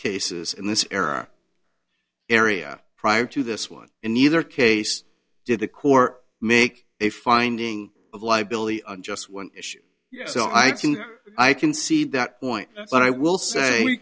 cases in this era area prior to this one in neither case did the core make a finding of liability on just one issue so i can i concede that point but i will say